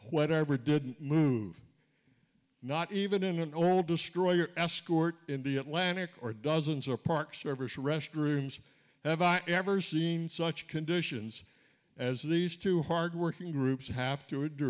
whatever didn't move not even in an old destroyer escort in the atlantic or dozens or park service restrooms have never seen such conditions as these two hard working groups have to